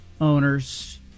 owners